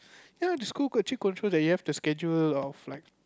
ya the school could actually control the you have the schedule of like